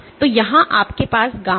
तो यहाँ आपके पास गामा है